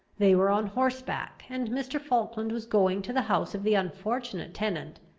they were on horseback, and mr. falkland was going to the house of the unfortunate tenant,